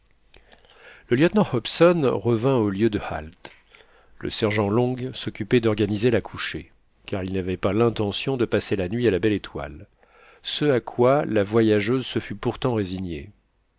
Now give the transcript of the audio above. le lieutenant hobson revint au lieu de halte le sergent long s'occupait d'organiser la couchée car il n'avait pas l'intention de passer la nuit à la belle étoile ce à quoi la voyageuse se fût pourtant résignée